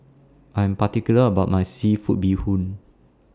I Am particular about My Seafood Bee Hoon